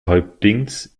häuptlings